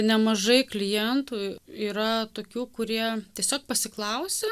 nemažai klientų yra tokių kurie tiesiog pasiklausia